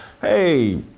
hey